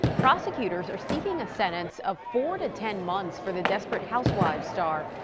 prosecutors are seeking a sentence of four did ten months for the desperate housewives star.